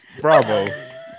bravo